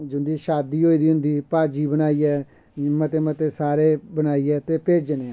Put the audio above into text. जिंदी शादी होई दी होंदी भाज्जी बनाइयै मते मते सारे बनाइयै ते भेज्जने आं